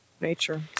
nature